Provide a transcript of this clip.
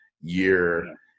year